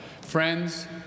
Friends